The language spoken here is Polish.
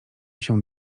się